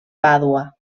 pàdua